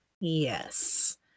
yes